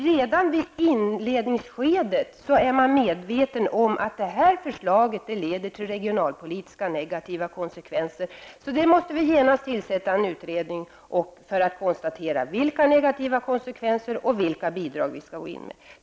Redan i inledningsskedet är man medveten om att ett förslag kommer att leda till negativa regionalpolitiska konsekvenser och att det därför genast måste tillsättas en utredning för att man skall kunna konstatera vilka negativa konsekvenser förslaget får och vilka bidrag som skall ges.